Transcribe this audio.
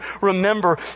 remember